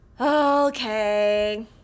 Okay